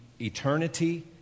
eternity